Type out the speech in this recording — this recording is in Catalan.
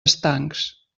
estancs